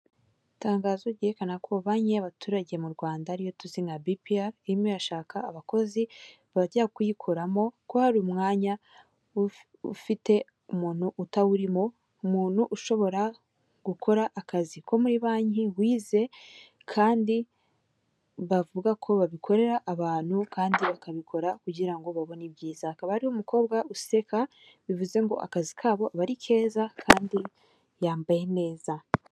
Itangazo ryerekana ko banki y'abaturage mu Rwanda ariyo tuzina bipiyara irimo irashaka abakozi bajya kuyikoramo, ko hari umwanya ufite umuntu utawurimo umuntu ushobora gukora akazi ko muri banki wize kandi bavuga ko babikorera abantu kandi bakabikora kugira ngo babone ibyiza akaba ari umukobwa useka, bivuze ngo akazi kabo aba ari keza kandi yambaye neza.